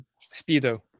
Speedo